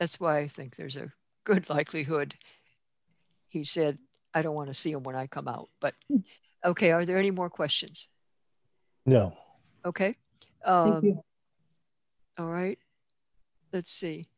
that's why i think there's a good likelihood he said i don't want to see what i come out but ok are there any more questions no ok all right let's see